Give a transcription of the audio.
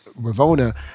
Ravona